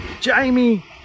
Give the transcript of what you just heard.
Jamie